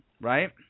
Right